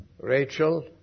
Rachel